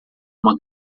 uma